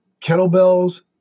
kettlebells